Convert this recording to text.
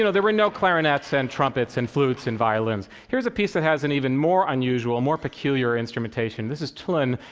there were no clarinets and trumpets and flutes and violins. here's a piece that has an even more unusual, more peculiar instrumentation. this is tlon,